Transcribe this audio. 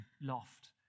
loft